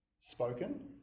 Spoken